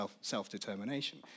self-determination